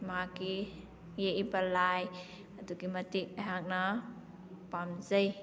ꯃꯥꯛꯀꯤ ꯌꯦꯛꯏꯕ ꯂꯥꯏ ꯑꯗꯨꯛꯀꯤꯃꯇꯤꯛ ꯑꯩꯍꯥꯛꯅ ꯄꯥꯝꯖꯩ